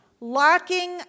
Locking